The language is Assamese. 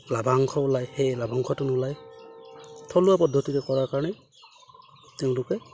লাভাংশ ওলায় সেই লাভাংশটো নোলায় থলুৱা পদ্ধতিৰে কৰাৰ কাৰণে তেওঁলোকে